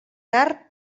tard